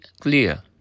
clear